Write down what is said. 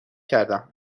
کردم